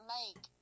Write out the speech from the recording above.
make